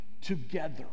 together